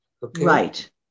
Right